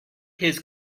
his